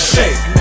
Shake